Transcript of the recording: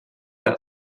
que